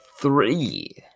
three